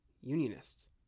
Unionists